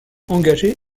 engagés